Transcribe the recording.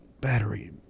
Battery